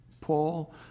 Paul